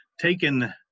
taken